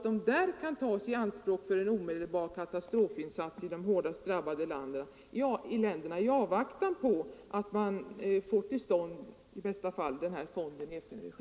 Då kan medlen därmed användas för omedelbara katastrofinsatser i de hårdast drabbade länderna, i avvaktan på att den särskilda fonden i bästa fall kommer till stånd i FN:s regi.